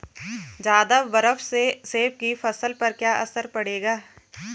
ज़्यादा बर्फ से सेब की फसल पर क्या असर पड़ेगा?